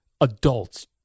adults